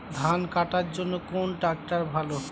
ধান কাটার জন্য কোন ট্রাক্টর ভালো?